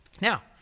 Now